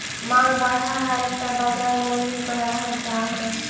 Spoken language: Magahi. माँग बढ़ऽ हइ त बाजार मूल्य भी बढ़ जा हइ